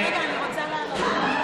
רגע, אני רוצה לעלות.